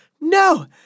No